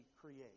create